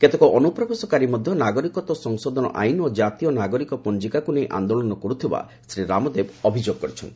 କେତେକ ଅନୁପ୍ରବେଶକାରୀ ମଧ୍ୟ ନାଗରିକତ୍ୱ ସଂଶୋଧନ ଆଇନ ଓ ଜାତୀୟ ନାଗରିକ ପଞ୍ଜିକାକୁ ନେଇ ଆନ୍ଦୋଳନ କରୁଥିବା ଶ୍ରୀ ରାମଦେବ ଅଭିଯୋଗ କରିଛନ୍ତି